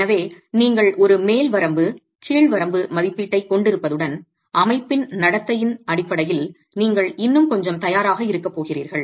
எனவே நீங்கள் ஒரு மேல் வரம்பு கீழ் வரம்பு மதிப்பீட்டைக் கொண்டிருப்பதுடன் அமைப்பின் நடத்தையின் அடிப்படையில் நீங்கள் இன்னும் கொஞ்சம் தயாராக இருக்கப் போகிறீர்கள்